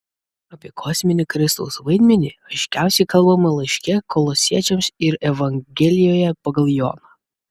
apie kosminį kristaus vaidmenį aiškiausiai kalbama laiške kolosiečiams ir evangelijoje pagal joną